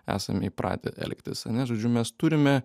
esame įpratę elgtis ane žodžiu mes turime